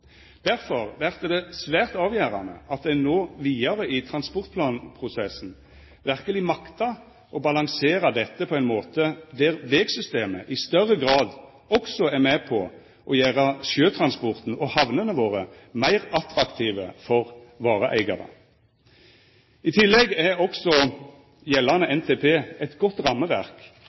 Derfor vert det svært avgjerande at ein nå vidare i transportplanprosessen verkeleg maktar å balansera dette på ein måte der vegsystemet i større grad også er med på å gjera sjøtransporten og havnene våre meir attraktive for vareeigarane. I tillegg er også gjeldande NTP eit godt rammeverk